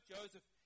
Joseph